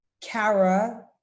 Kara